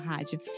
Rádio